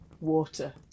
water